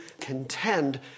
contend